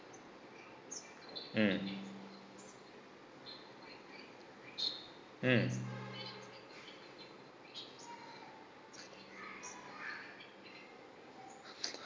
hmm hmm